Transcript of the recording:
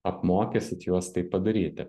apmokysit juos tai padaryti